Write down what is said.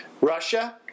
Russia